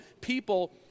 people